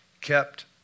kept